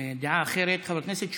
דעה אחרת, חבר הכנסת שמולי.